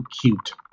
cute